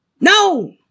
No